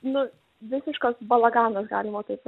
nu visiškas balaganas galima taip